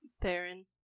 Theron